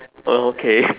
oh okay